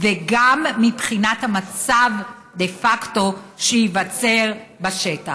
וגם מבחינת המצב דה פקטו שייווצר בשטח.